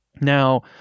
Now